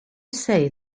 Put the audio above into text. say